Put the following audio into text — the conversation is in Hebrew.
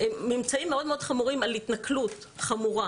מאוד מאוד חמורים על התנכלות חמורה